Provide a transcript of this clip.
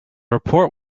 report